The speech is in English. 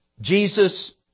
Jesus